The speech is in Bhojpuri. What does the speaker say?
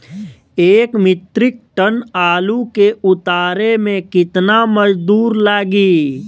एक मित्रिक टन आलू के उतारे मे कितना मजदूर लागि?